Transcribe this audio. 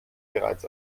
bereits